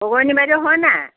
গগৈনী বাইদেউ হয় নাই